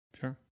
Sure